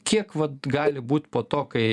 kiek vat gali būti po to kai